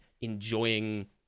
enjoying